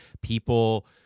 people